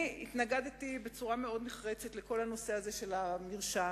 אני התנגדתי בצורה מאוד נחרצת לכל נושא המרשם,